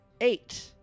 Eight